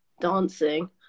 dancing